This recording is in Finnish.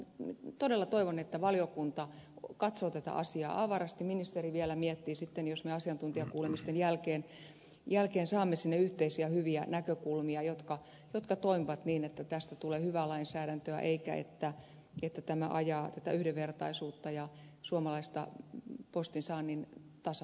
minä todella toivon että valiokunta katsoo tätä asiaa avarasti ministeri vielä miettii sitten jos me asiantuntijakuulemisten jälkeen saamme sinne yhteisiä hyviä näkökulmia jotka toimivat niin että tästä tulee hyvää lainsäädäntöä eikä niin että tämä ajaa yhdenvertaisuutta ja suomalaista postinsaannin tasa arvoa alas